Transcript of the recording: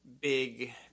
big